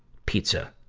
pizza,